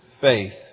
faith